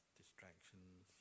distractions